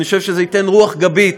אני חושב שזה ייתן רוח גבית